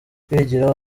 kwigira